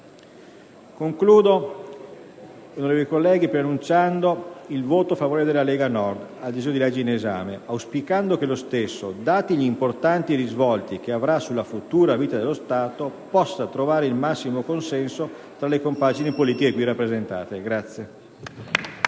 concludo quindi preannunciando il voto favorevole della Lega Nord al disegno di legge in esame, auspicando che lo stesso, dati gli importanti risvolti che avrà sulla futura vita dello Stato, possa trovare il massimo consenso tra le compagini politiche qui rappresentate.